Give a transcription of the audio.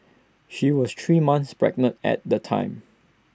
she was three months pregnant at the time